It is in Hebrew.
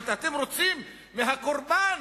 אבל אתם רוצים, מהקורבן